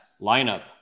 lineup